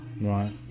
Right